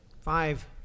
five